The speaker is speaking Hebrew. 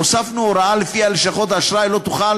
הוספנו הוראה שלפיה לשכת אשראי לא תוכל